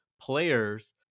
players